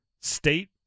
State